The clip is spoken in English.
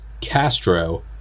castro